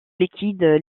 liquides